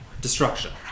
Destruction